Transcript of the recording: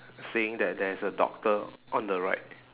saying that there is a doctor on the right